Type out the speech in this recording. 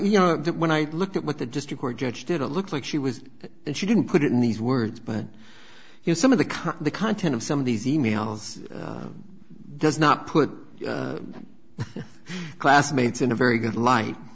you know that when i looked at what the just record judge did a looked like she was and she didn't put it in these words but you know some of the the content of some of these e mails does not put classmates in a very good light